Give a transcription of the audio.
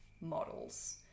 models